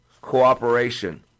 Cooperation